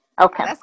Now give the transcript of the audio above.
Okay